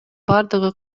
бардыгы